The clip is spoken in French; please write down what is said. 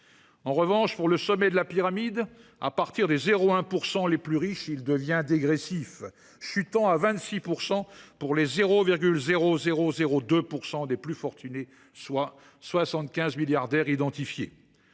En revanche, pour le sommet de la pyramide, à partir des 0,1 % les plus riches, il devient dégressif, chutant à 26 % pour les 0,000 2 % les plus fortunés, soit les 75 milliardaires identifiés.